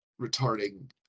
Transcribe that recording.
retarding